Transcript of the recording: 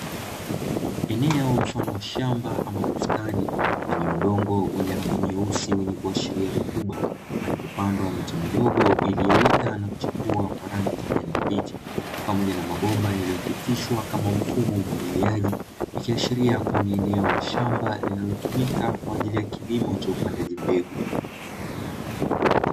Eneo mfano wa shamba ama bustani lenye udongo wenye rangi nyeusi wenye kuashiria rutuba, palipopandwa miche midogo iliyoota na kuchepua kwa kijani kibichi pamoja na mabomba yaliyopitishwa kama mfumo wa umwagiliaji, ikiashiria kuwa ni eneo la shamba linalotumika kwaajili ya kilimo cha upandaji mbegu.